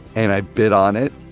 and i bid on it,